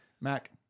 Mac